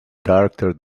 character